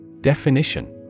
Definition